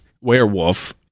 werewolf